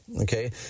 okay